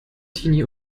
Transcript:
teenie